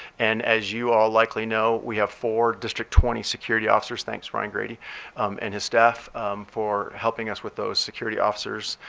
and as you all likely know, we have four district twenty security officers. thanks ryan grady and his staff for helping us with those security officers.